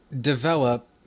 develop